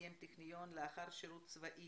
סיים טכניון לאחר שירות צבאי.